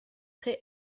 très